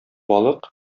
балык